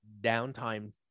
downtime